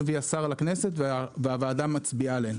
תקנות מביא השר לכנסת והוועדה מצביעה עליהן.